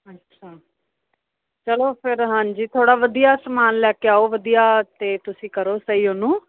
ਅੱਛਾ ਚਲੋ ਫਿਰ ਹਾਂਜੀ ਥੋੜ੍ਹਾ ਵਧੀਆ ਸਮਾਨ ਲੈ ਕੇ ਆਓ ਵਧੀਆ ਅਤੇ ਤੁਸੀਂ ਕਰੋ ਸਹੀ ਉਹਨੂੰ